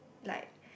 like